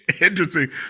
interesting